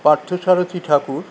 Partha Sarathi Thakur